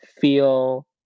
feel